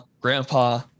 grandpa